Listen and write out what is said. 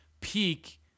peak